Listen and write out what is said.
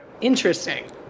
interesting